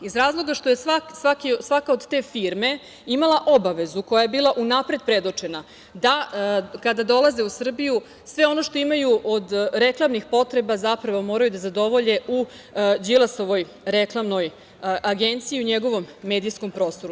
Iz razloga što je svaka od te firme imala obavezu koja je bila unapred predočena da kada dolaze u Srbiju, sve ono što imaju od reklamnih potreba zapravo moraju da zadovolje u Đilasovoj reklamnoj agenciji, njegovom medijskom prostoru.